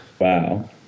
wow